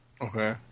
Okay